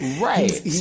right